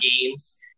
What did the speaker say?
games